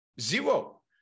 Zero